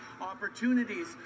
opportunities